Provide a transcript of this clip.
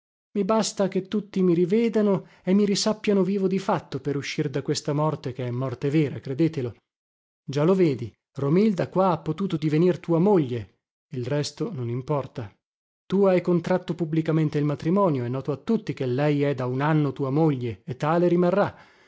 i basta che tutti mi rivedano e mi risappiano vivo di fatto per uscir da questa morte che è morte vera credetelo già lo vedi romilda qua ha potuto divenir tua moglie il resto non mimporta tu hai contratto pubblicamente il matrimonio è noto a tutti che lei è da un anno tua moglie e tale rimarrà